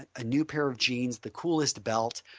a new pair of jeans, the coolest belt,